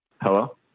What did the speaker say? Hello